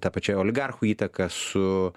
ta pačia oligarchų įtaka su